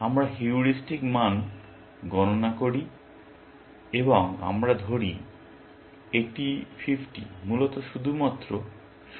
আমরা হিউরিস্টিক মান গণনা করি এবং আমরা ধরি এটি 50 মূলত শুধুমাত্র শুরুর জন্য